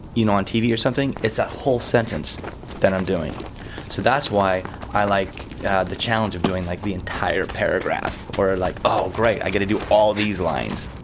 you know, on tv or something it's a whole sentence that i'm doing so that's why i like the challenge of doing like the entire paragraph where like, oh, great, i get to do all these lines